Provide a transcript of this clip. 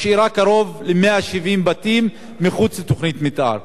ומשאירה קרוב ל-170 בתים מחוץ לתוכנית המיתאר.